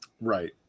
Right